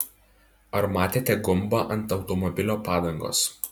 ar matėte gumbą ant automobilio padangos